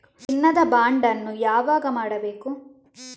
ಚಿನ್ನ ದ ಬಾಂಡ್ ಅನ್ನು ಯಾವಾಗ ಮಾಡಬೇಕು?